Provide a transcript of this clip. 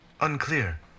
Unclear